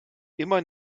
immer